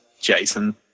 jason